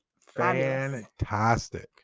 fantastic